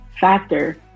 factor